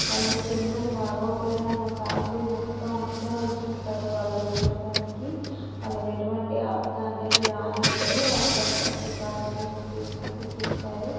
వాళ్ళకి చిన్నది బాగోకపోయినా మా ఫ్యామిలీ మొత్తం అందరూ వచ్చేస్తారు వాళ్ళని చూడ్డానికి వాళ్ళకి ఎటువంటి ఆపద అనేది రానివ్వరు అందరు చక్కగా గాజుబొమ్మను చూసినట్టు చూస్తారు